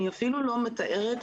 אני אפילו לא מתארת